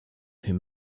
him